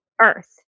Earth